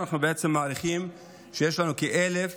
אנחנו מעריכים שיש לנו כ-1,000